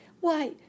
Why